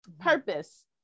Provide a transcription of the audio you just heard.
purpose